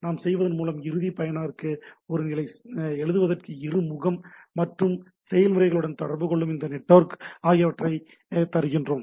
இதைச் செய்வதன் மூலம் இறுதி பயனருக்கு ஒரு நிரலை எழுதுவதற்கு ஒரு இடைமுகம் மற்ற செயல்முறைகளுடன் தொடர்பு கொள்ளும் ஒரு நெட்வொர்க் ஆகியவற்றை தருகிறோம்